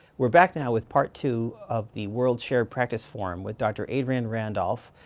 we're back now, with part two of the world shared practice forum with dr. adrienne randolph,